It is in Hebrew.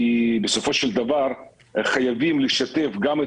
כי בסופו של דבר חייבים לשתף גם את